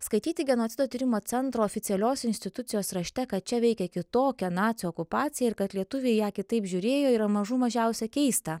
skaityti genocido tyrimo centro oficialios institucijos rašte kad čia veikė kitokia nacių okupacija ir kad lietuviai į ją kitaip žiūrėjo yra mažų mažiausia keista